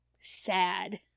sad